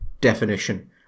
definition